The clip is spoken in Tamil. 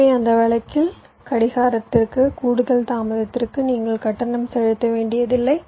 எனவே அந்த வழக்கில் கடிகாரத்திற்கு கூடுதல் தாமதத்திற்கு நீங்கள் கட்டணம் செலுத்த வேண்டியதில்லை